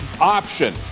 option